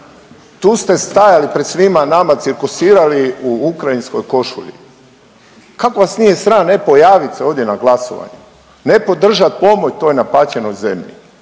Tu ste stajali pred svima nama, cirkusirali u ukrajinskoj košulji, kako vas nije sram ne pojavit se ovdje na glasovanju, ne podržat pomoć toj napaćenoj zemlji?